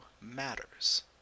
matters